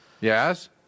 Yes